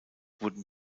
wurden